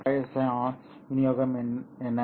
பாய்சனின் விநியோகம் என்ன